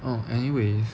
哦 anyways